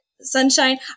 sunshine